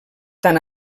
tant